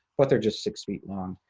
but they're just six feet long.